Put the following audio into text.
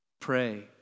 Pray